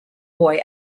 boy